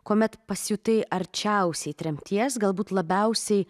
kuomet pasijutai arčiausiai tremties galbūt labiausiai